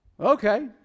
Okay